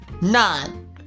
None